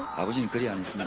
i buy some